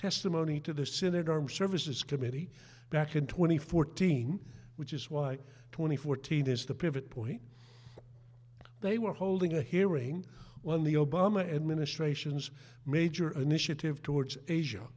testimony to the senate armed services committee back in twenty fourteen which is why twenty fourteen is the pivot point they were holding a hearing on the obama administration's major initiative towards asia